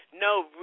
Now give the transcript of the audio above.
no